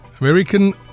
American